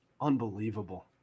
Unbelievable